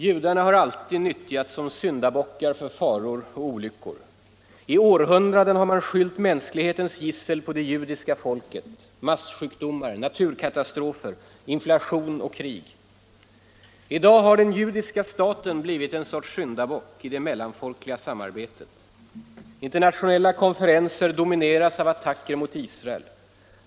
Judarna har alltid nyttjats som syndabockar för faror och olyckor. I Nr 40 århundraden har man skyllt mänsklighetens gissel på det judiska folket: Onsdagen den massjukdomar, naturkatastrofer, inflation och krig. I dag har den judiska 19 mars 1975 staten blivit en sorts syndabock i det mellanfolkliga samarbetet. Internationella konferenser domineras av attacker mot Israel.